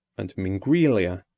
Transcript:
and mingrelia,